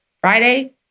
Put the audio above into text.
Friday